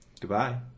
Goodbye